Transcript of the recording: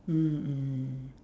mm mm